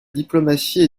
diplomatie